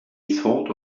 thought